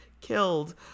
killed